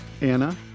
Anna